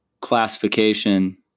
classification